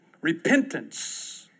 repentance